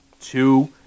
two